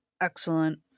excellent